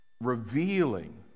revealing